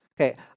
Okay